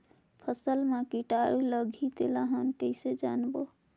फसल मा कीटाणु लगही तेला हमन कइसे जानबो?